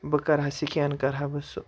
بہٕ کَرٕہا سکین کَرٕہا بہٕ سُہ